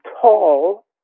Tall